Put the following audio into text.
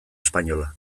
espainola